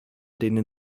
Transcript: denen